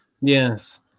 Yes